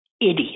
idiot